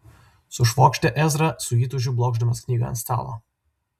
sušvokštė ezra su įtūžiu blokšdamas knygą ant stalo